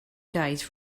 days